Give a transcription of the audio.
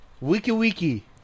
Wiki-wiki